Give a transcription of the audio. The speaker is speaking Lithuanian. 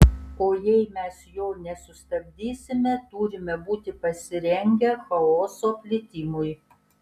o jei mes jo nesustabdysime turime būti pasirengę chaoso plitimui